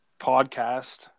podcast